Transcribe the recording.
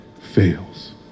fails